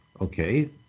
okay